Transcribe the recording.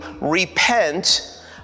repent